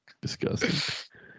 disgusting